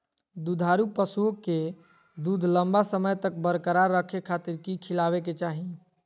दुधारू पशुओं के दूध लंबा समय तक बरकरार रखे खातिर की खिलावे के चाही?